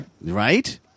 right